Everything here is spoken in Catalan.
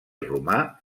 romà